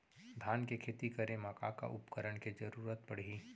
धान के खेती करे मा का का उपकरण के जरूरत पड़हि?